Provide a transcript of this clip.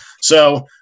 So-